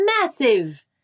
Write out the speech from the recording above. massive